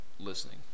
listening